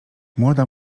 młoda